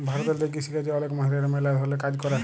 ভারতেল্লে কিসিকাজে অলেক মহিলারা ম্যালা ধরলের কাজ ক্যরে